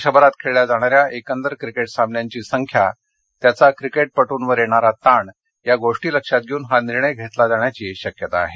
वर्षभरात खेळल्या जाणाऱ्या एकंदर क्रिकेट सामन्यांची संख्या त्याचा क्रिकेटपट्रंवर येणारा ताण या गोष्टी लक्षातघेऊन हा निर्णय घेतला जाण्याची शक्यता आहे